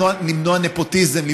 למנוע נפוטיזם,